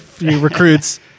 recruits